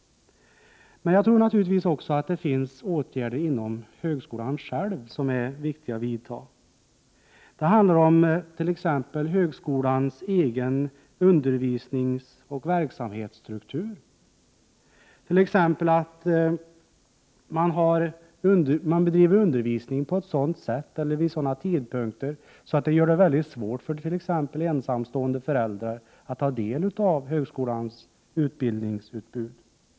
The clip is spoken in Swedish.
Men jag tror naturligtvis också att det finns åtgärder inom själva högskolan som är viktiga att vidta. Det handlar om högskolans egen undervisningsoch verksamhetsstruktur. Man bedriver undervisning på ett sådant sätt eller vid sådana tidpunkter att det blir mycket svårt för t.ex. ensamstående föräldrar att ta del av högskolans utbildningsutbud.